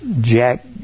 Jack